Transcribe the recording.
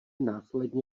následně